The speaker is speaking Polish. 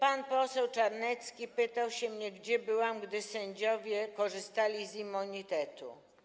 Pan poseł Czarnecki pytał się mnie, gdzie byłam, gdy sędziowie korzystali z immunitetu.